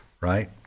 right